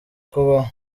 kubaho